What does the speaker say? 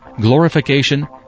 glorification